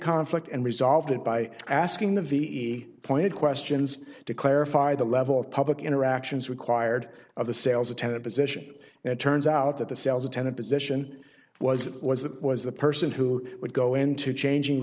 conflict and resolved it by asking the v a pointed questions to clarify the level of public interactions required of the sales attendant position it turns out that the sales attendant position was it was it was the person who would go into changing